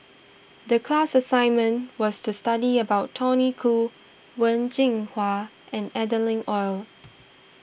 the class assignment was to study about Tony Khoo Wen Jinhua and Adeline Ooi